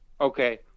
Okay